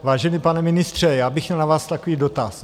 Vážený pane ministře, měl bych na vás takový dotaz.